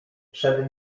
przed